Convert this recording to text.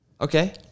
Okay